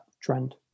trend